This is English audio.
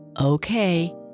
Okay